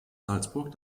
salzburg